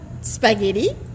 spaghetti